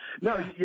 No